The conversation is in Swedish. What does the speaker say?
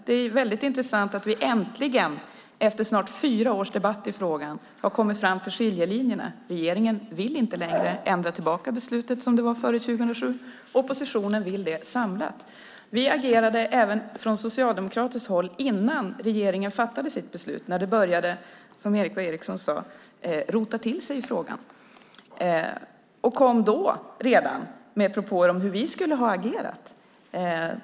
Det är väldigt intressant att vi äntligen, efter snart fyra års debatt i frågan, har kommit fram till skiljelinjerna. Regeringen vill inte längre ändra tillbaka beslutet till det som gällde före 2007, och en samlad opposition vill göra det. Vi agerade även från socialdemokratiskt håll innan regeringen fattade sitt beslut när det började, som Erik A Eriksson sade, rota till sig i frågan. Vi kom redan då med propåer om hur vi skulle ha agerat.